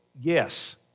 yes